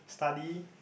study